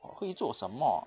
我会做什么